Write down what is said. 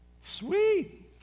Sweet